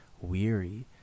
weary